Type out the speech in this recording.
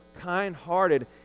kind-hearted